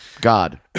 God